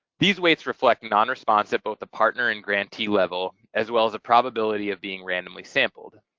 these weights reflect non-response at both the partner and grantee level as well as a probability of being randomly sampled.